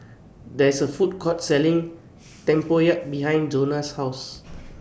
There IS A Food Court Selling Tempoyak behind Jonah's House